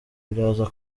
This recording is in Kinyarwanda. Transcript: biraza